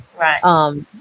Right